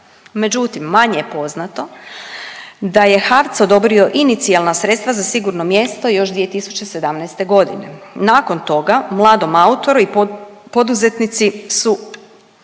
Međutim, manje je poznato da je HAVC odobrio inicijalna sredstva za „Sigurno mjesto“ još 2017.g.. Nakon toga mladom autoru i poduzetnici su,